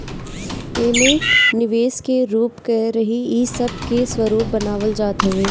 एमे निवेश के रूप का रही इ सब के स्वरूप बनावल जात हवे